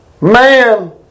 Man